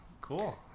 Cool